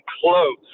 close